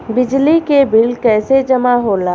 बिजली के बिल कैसे जमा होला?